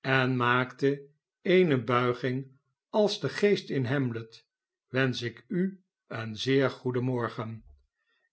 en maakte eene buiging als de geest in hamlet wensch ik u een zeer goedenmorgen